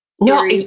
No